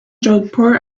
jodhpur